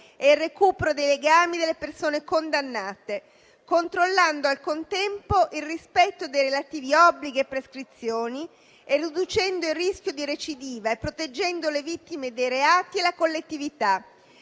e il recupero dei legami delle persone condannate, controllando al contempo il rispetto dei relativi obblighi e prescrizioni e riducendo il rischio di recidiva e proteggendo le vittime dei reati e la collettività.